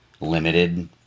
limited